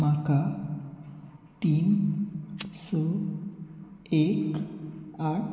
म्हाका तीन स एक आठ